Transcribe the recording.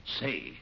say